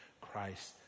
Christ